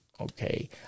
Okay